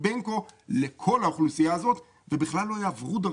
בין כה לכל האוכלוסייה הזאת ובכלל לא יעברו דרכי.